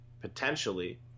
potentially